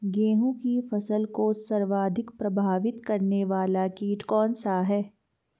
गेहूँ की फसल को सर्वाधिक प्रभावित करने वाला कीट कौनसा है?